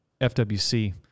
FWC